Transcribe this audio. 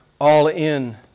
all-in